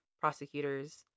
prosecutors